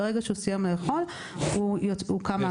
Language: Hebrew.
וברגע שהוא מסיים לאכול הוא קם מהכיסא.